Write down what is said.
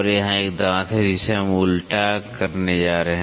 तो यहाँ एक दांत है जिसे हम उलटा उत्पन्न करने जा रहे हैं